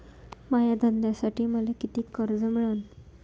माया धंद्यासाठी मले कितीक कर्ज मिळनं?